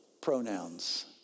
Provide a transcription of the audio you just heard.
pronouns